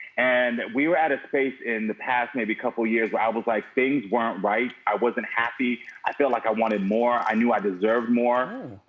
and we were at a space in the past, maybe couple of years where i was like things weren't right. i wasn't happy. i felt like i wanted more. i knew i deserved more.